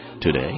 today